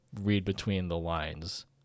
read-between-the-lines